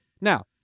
Now